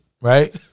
Right